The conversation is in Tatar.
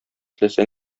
теләсә